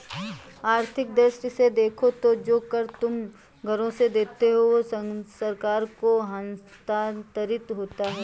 आर्थिक दृष्टि से देखो तो जो कर तुम घरों से देते हो वो सरकार को हस्तांतरित होता है